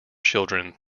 children